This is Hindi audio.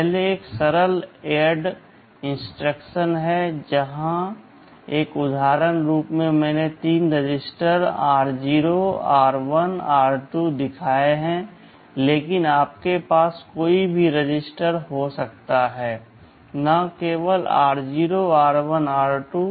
पहले एक सरल ऐड इंस्ट्रक्शन है यहाँ एक उदाहरण के रूप में मैंने तीन रजिस्टर आर 0 r1 r2 दिखाए हैं लेकिन आपके पास कोई भी रजिस्टर हो सकता है न केवल आर 0 r1 r2